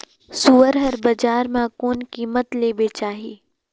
सुअर हर बजार मां कोन कीमत ले बेचाही?